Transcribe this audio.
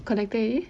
correct already